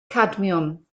cadmiwm